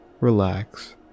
relax